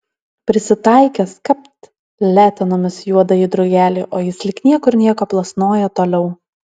prisitaikęs kapt letenomis juodąjį drugelį o jis lyg niekur nieko plasnoja toliau